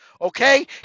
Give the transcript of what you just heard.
Okay